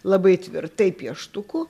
labai tvirtai pieštuku